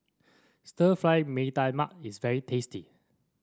Stir Fried Mee Tai Mak is very tasty